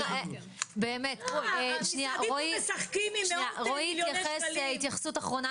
רועי יתייחס התייחסות אחרונה,